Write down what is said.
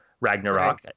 Ragnarok